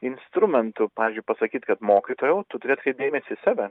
instrumentų pavyzdžiui pasakyt kad mokytojau tu turi atkreipt dėmesį į save